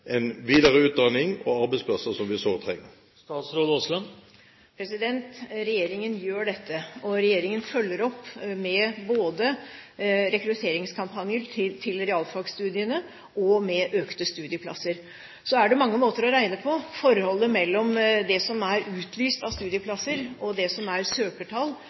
en videre utdanning og arbeidsplasser som vi sårt trenger. Regjeringen gjør dette, regjeringen følger opp både med rekrutteringskampanjer til realfagstudiene og med økte studieplasser. Så er det mange måter å regne på. Jeg skal ikke gå i detalj inn i diskusjonen om forholdet mellom det som er utlyst av studieplasser, og det som er søkertall,